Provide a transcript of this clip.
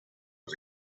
was